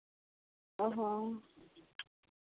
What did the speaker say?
ᱚ ᱦᱚᱸ